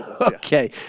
Okay